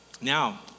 now